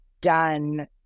done